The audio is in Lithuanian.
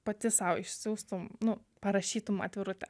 pati sau išsiųstum nu parašytum atvirutę